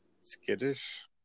skittish